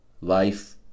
life